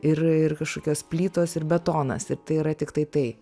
ir ir kažkokios plytos ir betonas ir tai yra tiktai tai